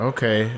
Okay